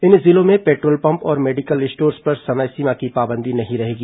इन जिलों में petrol pump और मेडिकल स्टोर्स पर समय सीमा की पाबंदी नहीं रहेगी